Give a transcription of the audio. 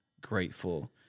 grateful